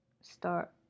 start